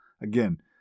Again